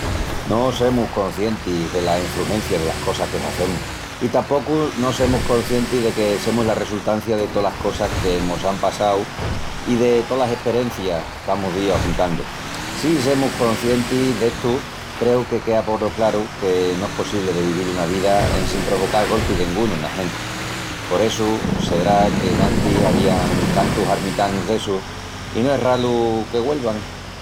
No semus coscientis dela enfrugencia delas cosas que hazemus. I tapocu no semus coscientis de que semus la resultancia de tolas cosas que mos án passau i de tolas esperencias qu'amus díu ajuntandu. Si semus coscientis d'estu, creu que quea polo craru que no es possibli de vivil una vida en sin provocal golpi dengunu ena genti. Por essu sedrá qu'enantis avían tantus armitanus d'essus i no es ralu que güelvan.